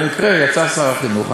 במקרה יצא שר החינוך.